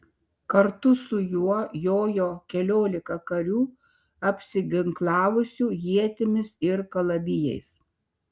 kartu su juo jojo keliolika karių apsiginklavusių ietimis ir kalavijais